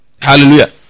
Hallelujah